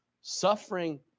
suffering